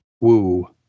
woo